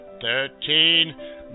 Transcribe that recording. thirteen